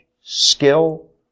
skill